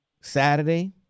Saturday